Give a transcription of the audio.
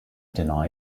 deny